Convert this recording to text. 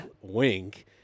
wink